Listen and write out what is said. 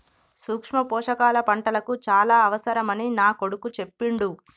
సూక్ష్మ పోషకాల పంటలకు చాల అవసరమని నా కొడుకు చెప్పిండు